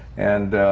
and